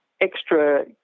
Extra